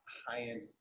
high-end